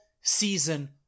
season